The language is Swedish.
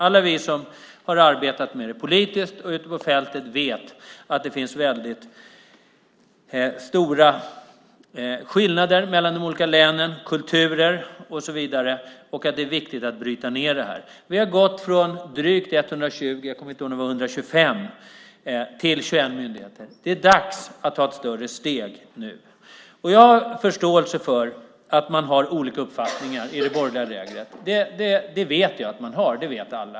Alla vi som har arbetat med det politiskt och ute på fältet vet att det finns stora skillnader mellan olika län när det gäller kultur och så vidare. Det är viktigt att bryta ned detta. Vi har gått från drygt 120 - jag minns inte om det var 125 - myndigheter till 21. Det är dags att ta ett större steg nu. Jag har förståelse för att man har olika uppfattningar i det borgerliga lägret. Det vet alla att man har.